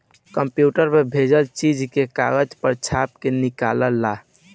computer पर भेजल चीज के कागज पर छाप के निकाल ल